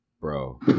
Bro